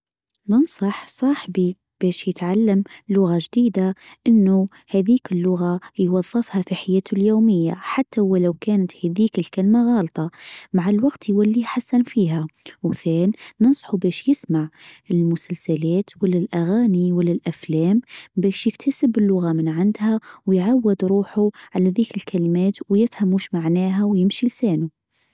ننصح صاحبي بش يتعلم لغه جديده انو هذيك اللغه يوظفها في حياته اليوميه حتى ولو كانت هذيك الكلمه غالطه مع الوقت يولي حسن فيها وثان ننصحوا بش يسمع المسلسلات والاغاني و الافلام بس يكتسب اللغه من عندها ويعود روحه على ذيك الكلمات ويفهم وش معناها ويمشي لسانه.